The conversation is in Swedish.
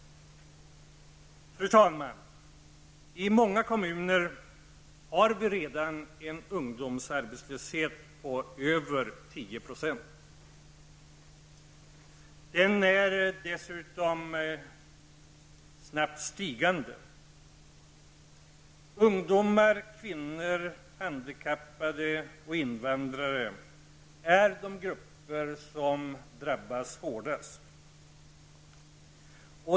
Fru talman! I många kommuner har vi redan en ungdomsarbetslöshet på över 10 %. Den ökar dessutom snabbt. Ungdomar, kvinnor, handikappade och invandrare utgör de grupper som drabbas hårdast.